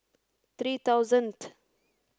three thousandth